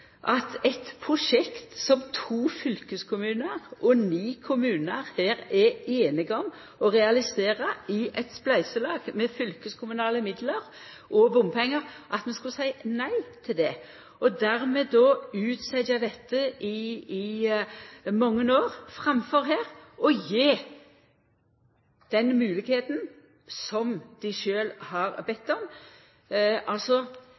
til eit prosjekt som to fylkeskommunar og ni kommunar er einige om å realisera i eit spleiselag med fylkeskommunale midlar og bompengar, og dermed utsetja dette i mange år framfor å gje dei høvet til det som dei sjølve har bedt om – altså